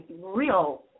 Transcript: real